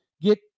get